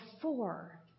four